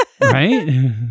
Right